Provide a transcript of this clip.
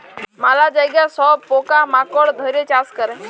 ম্যালা জায়গায় সব পকা মাকড় ধ্যরে চাষ ক্যরে